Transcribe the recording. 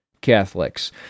Catholics